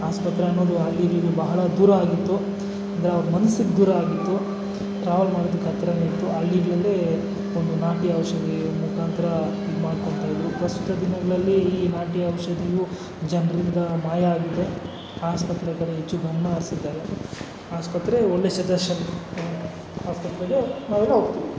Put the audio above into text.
ಆಸ್ಪತ್ರೆ ಅನ್ನೋದು ಆಗಿ ಈಗ ಬಹಳ ದೂರ ಆಗಿತ್ತು ಅಂದ್ರೆ ಅವ್ರ ಮನ್ಸಿಗೆ ದೂರ ಆಗಿತ್ತು ಟ್ರಾವೆಲ್ ಮಾಡೋದಿಕ್ಕೆ ಹತ್ತಿರನೇ ಇತ್ತು ಹಳ್ಳಿಗಳಲ್ಲಿ ಒಂದು ನಾಟಿ ಔಷಧಿ ಮುಖಾಂತರ ಇದು ಮಾಡ್ಕೊತಾ ಇದ್ದರು ಫಸ್ಟ್ ದಿನಗಳಲ್ಲಿ ಈ ನಾಟಿ ಔಷಧಿಯು ಜನರಿಂದ ಮಾಯ ಆಗಿದೆ ಆಸ್ಪತ್ರೆಗಳಲ್ಲಿ ಹೆಚ್ಚು ಗಮನ ಹರಿಸಿದ್ದಾರೆ ಆಸ್ಪತ್ರೆ ಒಳ್ಳೆ ಸಜೆಶನ್ ಆಸ್ಪೆಟ್ಲ್ಗೆ ನಾವೆಲ್ಲ ಹೋಗ್ತೀವಿ